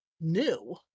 new